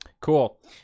Cool